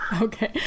Okay